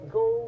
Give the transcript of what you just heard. go